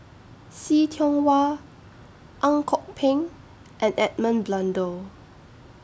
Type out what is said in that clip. See Tiong Wah Ang Kok Peng and Edmund Blundell